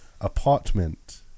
Apartment